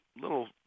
little